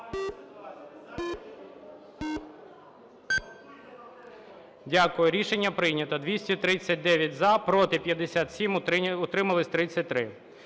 Дякую, рішення прийнято. 239 – за, проти – 57, утримались – 33.